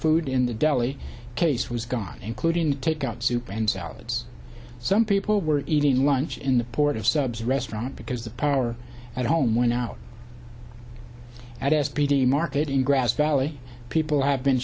food in the deli case was gone including takeout soup and salads some people were eating lunch in the port of subs restaurant because the power at home went out at s p d market in grass valley people have been